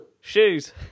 Shoes